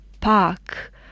Park